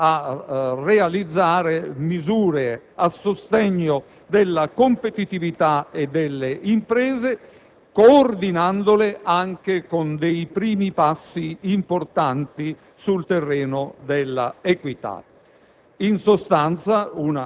e alla realizzazione di misure a sostegno della competitività e delle imprese, coordinandole anche con dei primi passi importanti sul terreno dell'equità.